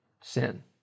sin